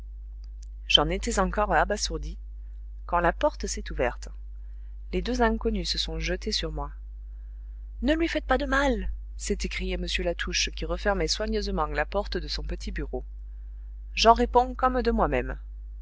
j'en étais encore abasourdie quand la porte s'est ouverte les deux inconnus se sont jetés sur moi ne lui faites pas de mal s'est écrié m latouche qui refermait soigneusement la porte de son petit bureau j'en réponds comme de moi-même